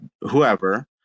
whoever